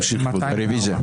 רוויזיה.